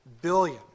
billion